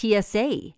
TSA